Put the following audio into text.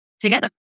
together